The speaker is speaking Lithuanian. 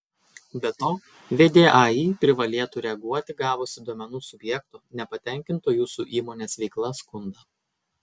be to vdai privalėtų reaguoti gavusi duomenų subjekto nepatenkinto jūsų įmonės veikla skundą